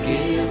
Give